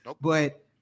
but-